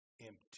empty